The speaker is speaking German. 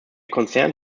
konzern